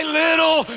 little